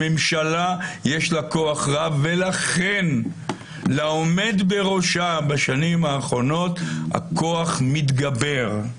לממשלה יש כוח רב ולכן לעומד בראשה בשנים האחרונות הכוח מתגבר.